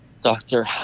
doctor